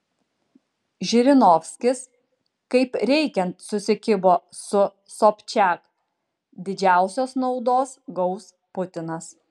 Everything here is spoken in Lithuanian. žirinovskis kaip reikiant susikibo su sobčiak didžiausios naudos gaus putinas